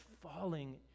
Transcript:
falling